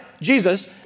Jesus